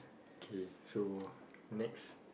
K so next